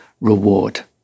reward